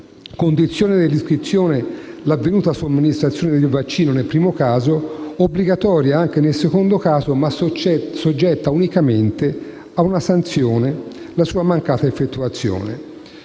condizione dell'iscrizione l'avvenuta somministrazione del vaccino nel primo caso, obbligatoria anche nel secondo caso, ma soggetta unicamente a sanzione la sua mancata effettuazione.